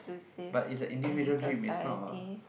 but it's a individual dream is not a